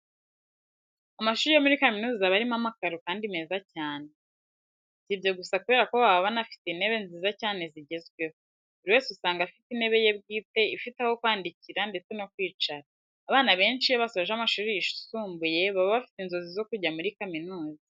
Amashuri yo muri kaminuza aba arimo amakaro kandi meza cyane. Si ibyo gusa kubera ko baba aba anafite intebe nziza cyane zigezweho. Buri wese usanga afite intebe ye bwite ifite aho kwandikira ndetse no kwicara. Abana benshi iyo basoje amashuri yisumbuye baba bafite inzozi zo kujya muri kaminuza.